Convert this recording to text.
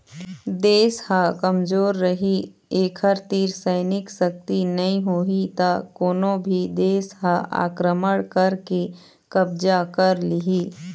देश ह कमजोर रहि एखर तीर सैनिक सक्ति नइ होही त कोनो भी देस ह आक्रमण करके कब्जा कर लिहि